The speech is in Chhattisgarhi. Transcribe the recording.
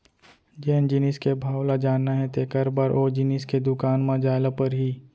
जेन जिनिस के भाव ल जानना हे तेकर बर ओ जिनिस के दुकान म जाय ल परही